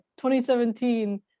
2017